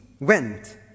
went